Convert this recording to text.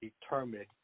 determined